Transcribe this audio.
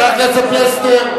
חבר הכנסת פלסנר.